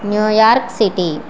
New York City